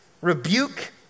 rebuke